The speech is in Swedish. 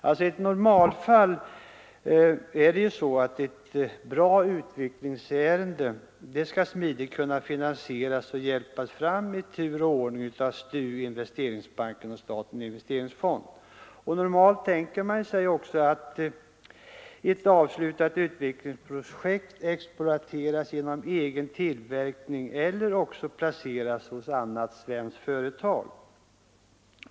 I ett normalfall är det ju så att ett bra utvecklingsprojekt skall smidigt kunna finansieras och hjälpas fram i tur och ordning av STU, Investeringsbanken och statens investeringsfond. Normalt tänker man sig också att ett avslutat utvecklingsprojekt exploateras genom egen tillverkning eller genom placering hos annat svenskt företag.